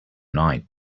night